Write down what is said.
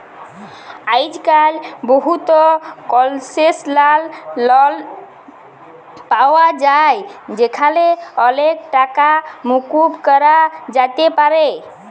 আইজক্যাল বহুত কলসেসলাল লন পাওয়া যায় যেখালে অলেক টাকা মুকুব ক্যরা যাতে পারে